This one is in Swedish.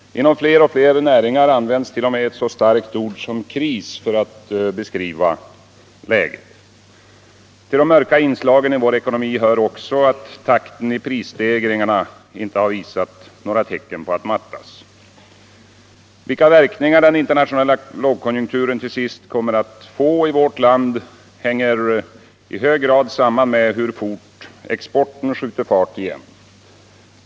Inom fler och fler näringar används t.o.m. ett så starkt ord som kris för att beskriva läget. Till de mörka inslagen i vår ekonomi hör också, att takten i prisstegringarna inte visar några tecken på att mattas. Vilka verkningar den internationella lågkonjunkturen till sist kommer att få i vårt land hänger i hög grad samman med hur fort exporten skjuter fart igen.